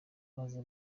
baza